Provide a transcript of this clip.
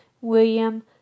William